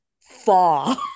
far